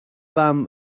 fam